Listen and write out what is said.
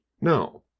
No